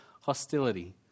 hostility